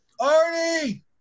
Arnie